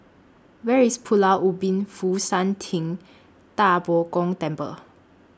Where IS Pulau Ubin Fo Shan Ting DA Bo Gong Temple